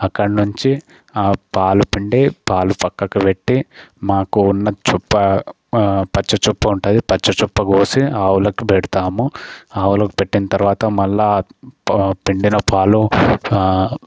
అక్కడనుంచి పాలు పిండి పాలు పక్కకు పెట్టి మాకు ఉన్న చుప్ప పచ్చి చుప్ప ఉంటుంది పచ్చి చుప్ప కోసి ఆవులకి పెడతాము ఆవులకి పెట్టిన తర్వాత పా మళ్ళా పిండిన పాలు